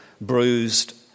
bruised